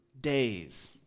days